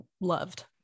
loved